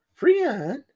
Freon